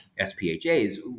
SPHA's